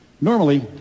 Normally